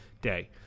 day